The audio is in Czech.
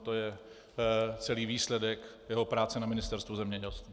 To je celý výsledek jeho práce na Ministerstvu zemědělství. ,